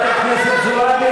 חברת הכנסת זועבי,